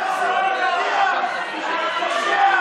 אתה פושע.